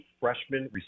freshman